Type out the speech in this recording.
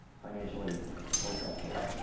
financially or sexually.